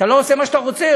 אתה לא עושה מה שאתה רוצה,